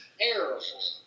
terrible